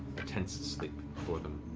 a tense sleep before them.